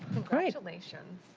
congratulations.